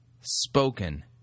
spoken